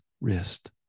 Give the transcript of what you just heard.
wrist